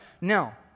Now